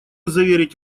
заверить